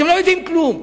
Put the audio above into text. אתם לא יודעים כלום.